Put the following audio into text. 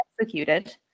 executed